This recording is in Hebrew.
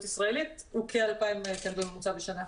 ישראלית הוא כ-2,000 לידות בממוצע בשנה.